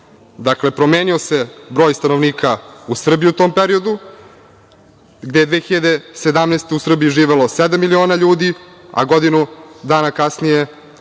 promenio se broj stanovnika u Srbiji u tome periodu, gde je 2017. godine u Srbiji živelo sedam miliona ljudi, a godinu dana kasnije